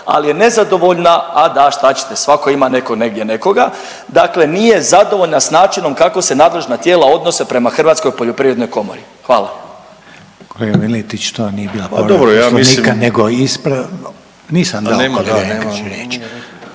ali je nezadovoljna, a da šta ćete svako ima neko negdje nekoga, dakle nije zadovoljna s načinom kako se nadležna tijela odnose prema Hrvatskoj poljoprivrednoj komori. Hvala.